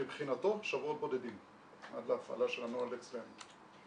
מבחינתו, שבועות בודדים על להפעלה של הנוהל אצלנו.